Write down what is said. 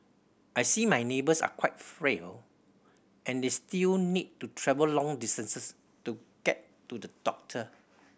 I see my neighbours are quite frail and they still need to travel long distances to get to the doctor